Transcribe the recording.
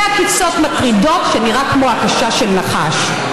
עקיצות מטרידות שנראות כמו הכשה של נחש.